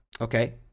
okay